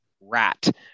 rat